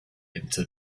into